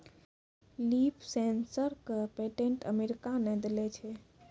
Leaf sensor क patent America ने देलें छै?